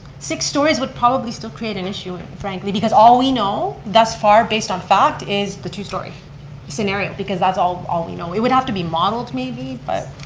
six stories would probably still create an issue, frankly, because all we know thus far, based on fact, is the two-story scenario, because that's all all we know. it would have to be modeled, maybe. but